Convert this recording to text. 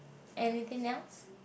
anything else